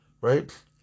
right